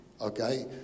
okay